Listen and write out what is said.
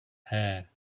hair